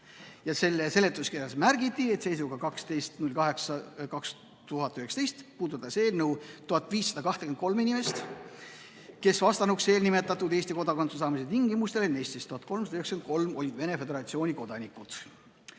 (58 SE) seletuskirjas märgiti, et seisuga 12.08.2019 puudutas eelnõu 1523 inimest, kes vastasid eelnimetatud Eesti kodakondsuse saamise tingimustele, neist 1393 olid Vene Föderatsiooni kodanikud."